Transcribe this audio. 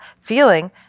feeling